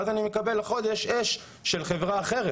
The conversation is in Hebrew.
והחודש אני מקבל אש של חברה אחרת.